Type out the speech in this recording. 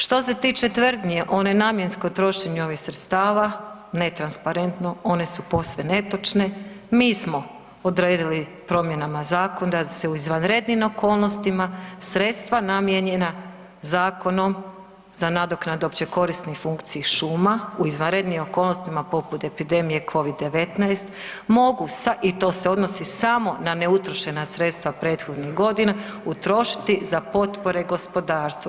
Što se tiče tvrdnji o nenamjenskom trošenju ovih sredstava, netransparentno one su posve netočne, mi smo odredili promjenama zakona da se u izvanrednim okolnostima sredstava namijenjena zakonom za nadoknadu općekorisnih funkciji šuma u izvanrednim okolnostima poput epidemije Covid-19 mogu sa, i to se odnosi samo na neutrošena sredstava prethodnih godina, utrošiti za potpore gospodarstvu.